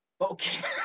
Okay